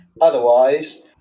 otherwise